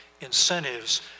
incentives